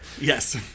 Yes